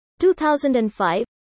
2005